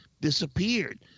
disappeared